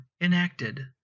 enacted